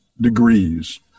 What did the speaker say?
degrees